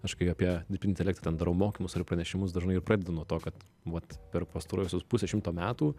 aš kai apie dirbtinį intelektą ten darau mokymus ar pranešimus dažnai ir pradedu nuo to kad vat per pastaruosius pusę šimto metų